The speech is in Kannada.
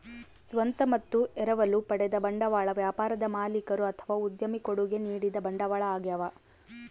ಸ್ವಂತ ಮತ್ತು ಎರವಲು ಪಡೆದ ಬಂಡವಾಳ ವ್ಯಾಪಾರದ ಮಾಲೀಕರು ಅಥವಾ ಉದ್ಯಮಿ ಕೊಡುಗೆ ನೀಡಿದ ಬಂಡವಾಳ ಆಗ್ಯವ